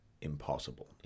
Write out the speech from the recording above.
impossible